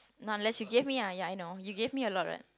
not unless you gave me ah ya I know you gave me a lot what